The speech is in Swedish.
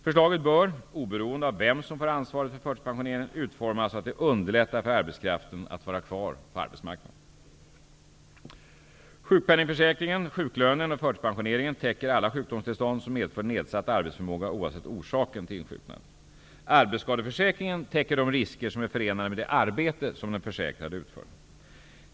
Förslaget bör, oberoende av vem som får ansvaret för förtidspensioneringen, utformas så, att det underlättar för arbetskraften att vara kvar på arbetsmarknaden. Sjukpenningförsäkringen, sjuklönen och förtidspensioneringen täcker alla sjukdomstillstånd som medför nedsatt arbetsförmåga oavsett orsaken till insjuknandet. Arbetsskadeförsäkringen täcker de risker som är förenade med det arbete som den försäkrade utför.